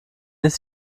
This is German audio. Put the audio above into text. ist